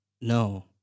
No